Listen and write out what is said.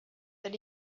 that